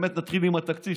נתחיל עם התקציב,